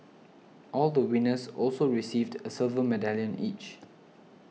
all the winners also received a silver medallion each